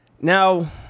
Now